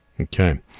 Okay